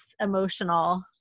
emotional